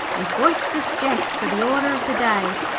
and boisterous jests are the order of the day.